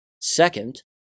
Second